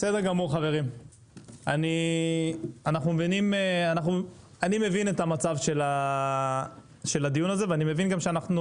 אני מבין את המצב של הדיון ואני מבין שאנחנו